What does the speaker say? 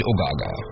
Ogaga